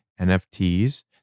NFTs